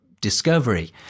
discovery